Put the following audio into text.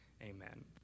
Amen